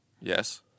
Yes